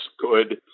good